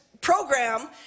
program